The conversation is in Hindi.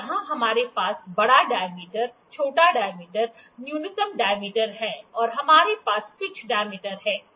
यहां हमारे पास बड़ा डायमीटर छोटा डायमीटर न्यूनतम डायमीटर है और हमारे पास पिच डायमीटर है ठीक है